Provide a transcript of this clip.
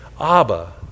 Abba